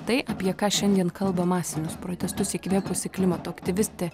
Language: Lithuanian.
tai apie ką šiandien kalba masinius protestus įkvėpusi klimato aktyvistė